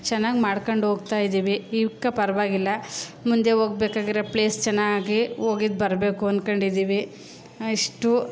ಚೆನ್ನಾಗಿ ಮಾಡ್ಕೊಂಡು ಹೋಗ್ತಾ ಇದ್ದೀವಿ ಇವ್ಕೆ ಪರವಾಗಿಲ್ಲ ಮುಂದೆ ಹೋಗ್ಬೇಕಾಗಿರೋ ಪ್ಲೇಸ್ ಚೆನ್ನಾಗಿ ಹೋಗಿದ್ದು ಬರಬೇಕು ಅಂದ್ಕೊಂಡಿದ್ದೀವಿ ಇಷ್ಟು